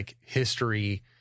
history